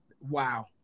Wow